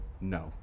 no